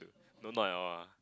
no not at all ah